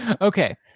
Okay